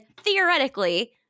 theoretically